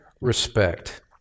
respect